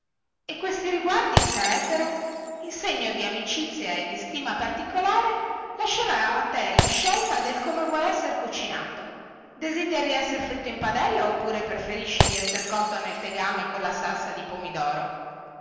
e questi riguardi sarebbero in segno di amicizia e di stima particolare lascerò a te la scelta del come vuoi essere cucinato desideri essere fritto in padella oppure preferisci di essere cotto nel tegame colla salsa di pomidoro